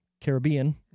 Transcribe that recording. Caribbean